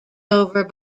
over